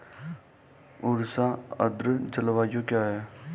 उष्ण आर्द्र जलवायु क्या है?